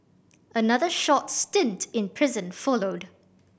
another short stint in prison followed